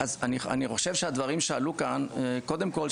אז אני חושב שהדברים שעלו כאן קודם כל,